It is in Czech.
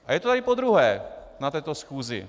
A je to tady podruhé na této schůzi.